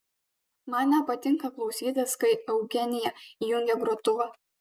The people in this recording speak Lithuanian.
man nepatinka klausytis kai eugenija įjungia grotuvą